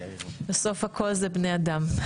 בסוף הכל זה בני אדם.